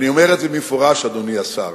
אני אומר את זה במפורש, אדוני השר,